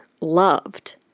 loved